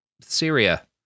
syria